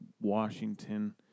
Washington